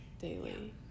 daily